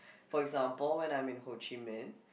for example when I'm in Ho Chi Minh